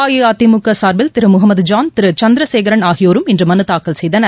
அஇஅதிமுகசார்பில் திருமுகமது ஜான் திருசந்திரசேகர் ஆகியோரும் இன்றுமனுதாக்கல் செய்தனர்